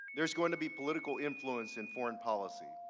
there's going to be political influence and foreign policy.